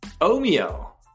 Omeo